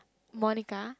Monica